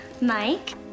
Mike